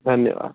धन्यवादः